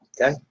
okay